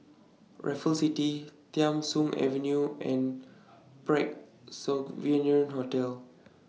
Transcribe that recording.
Raffles City Tham Soong Avenue and Parc Sovereign Hotel